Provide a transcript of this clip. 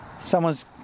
Someone's